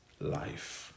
life